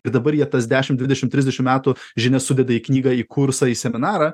ir dabar jie tas dešim dvidešim trisdešim metų žinias sudeda į knygą į kursą į seminarą